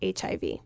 HIV